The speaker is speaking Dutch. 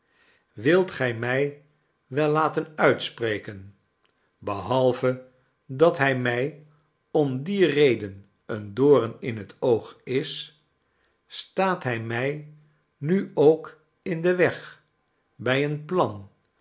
wilt gij mij wel laten uitspreken behalve dat hij mij om die reden een doom in het oog is staat hij mij nu ook in den weg bij een plan